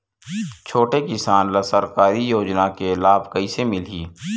छोटे किसान ला सरकारी योजना के लाभ कइसे मिलही?